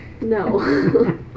No